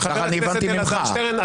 חבר הכנסת אלעזר שטרן,